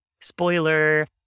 Spoiler